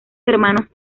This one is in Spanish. hermanos